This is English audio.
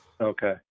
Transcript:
Okay